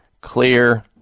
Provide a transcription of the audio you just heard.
clear